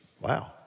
wow